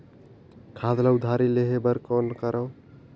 खाद ल उधारी लेहे बर कौन करव?